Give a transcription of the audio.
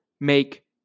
make